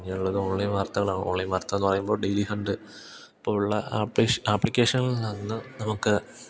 പിന്നെയുള്ളത് ഓൺലൈൻ വാർത്തകളാണ് ഓൺലൈൻ വാർത്തയെന്നു പറയുമ്പോൾ ഡെയിലി ഹണ്ട് പോലെയുള്ള ആപ്ലേഷ ആപ്ലിക്കേഷനിൽ നിന്ന് നമുക്ക്